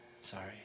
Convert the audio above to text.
Sorry